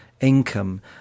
income